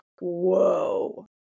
Whoa